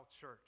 church